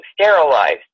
sterilized